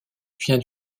vient